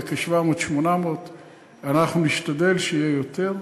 ל-800 700. אנחנו נשתדל שיהיה יותר.